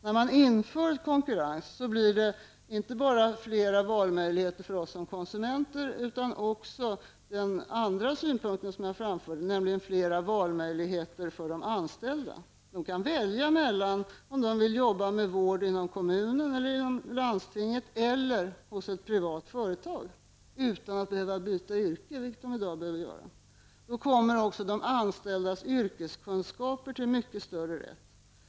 När man inför konkurrens blir det inte bara fler valmöjligheter för oss som konsumenter utan också fler valmöjligheter för de anställda. De kan välja mellan att arbeta med vård inom kommunen, landstinget eller hos ett privat företag utan att behöva byta yrke, vilket de i dag måste göra. Då kommer också de anställdas yrkeskunskaper till mycket större rätt.